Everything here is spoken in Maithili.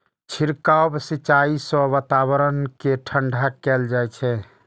छिड़काव सिंचाइ सं वातावरण कें ठंढा कैल जाइ छै